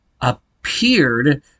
appeared